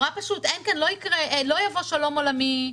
לא יבוא שלום עולמי,